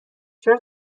چرا